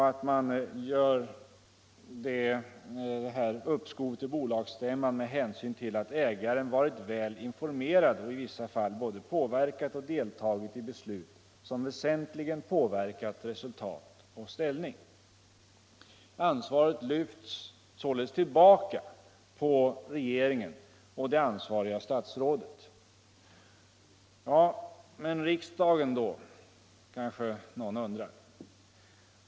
Frågan har uppskjutits till bolagsstämman med hänsyn till att ”ägaren varit väl informerad och i vissa fall både påverkat och deltagit i beslut som väsentligen påverkat resultat och ställning.” Ansvaret lyfts således tillbaka på regeringen och det ansvariga statsrådet. Ja, men riksdagen då, kanske någon undrar.